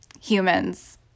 humans